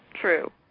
True